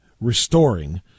restoring